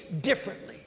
differently